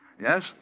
Yes